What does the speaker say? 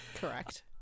Correct